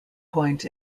point